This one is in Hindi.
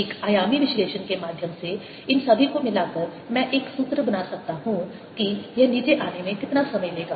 एक आयामी विश्लेषण के माध्यम से इन सभी को मिलाकर मैं एक सूत्र बना सकता हूं कि यह नीचे आने में कितना समय लेगा